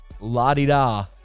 la-di-da